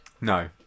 no